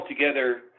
together